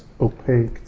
opaque